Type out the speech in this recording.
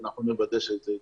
אנחנו נוודא שהוא יתקבל.